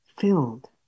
filled